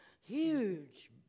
huge